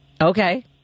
Okay